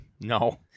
No